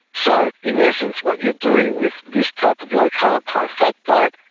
so in essence what you are doing with this type of low carb, high fat diet,